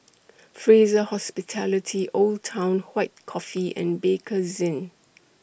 Fraser Hospitality Old Town White Coffee and Bakerzin